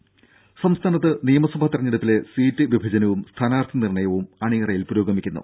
രും സംസ്ഥാനത്ത് നിയമസഭാ തെരഞ്ഞെടുപ്പിലെ സീറ്റ് വിഭജനവും സ്ഥാനാർത്ഥി നിർണയവും അണിയറയിൽ പുരോഗമിക്കുന്നു